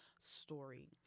story